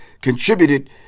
contributed